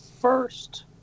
first